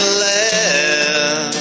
laugh